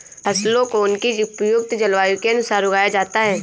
फसलों को उनकी उपयुक्त जलवायु के अनुसार उगाया जाता है